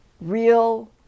real